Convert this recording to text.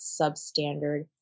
substandard